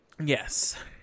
Yes